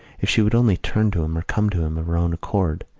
if she would only turn to him or come to him of her own accord!